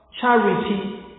charity